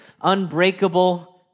unbreakable